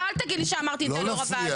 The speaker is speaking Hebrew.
ואל תגיד לי שאמרתי את זה על יו"ר הוועדה.